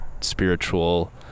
spiritual